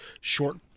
short